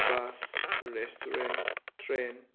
bus restaurant train